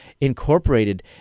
incorporated